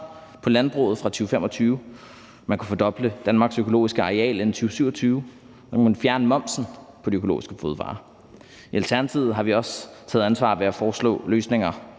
på landbruget fra 2025. Man kunne fordoble Danmarks økologiske areal inden 2027. Man kunne fjerne momsen på de økologiske fødevarer. I Alternativet har vi også taget ansvar ved at foreslå løsninger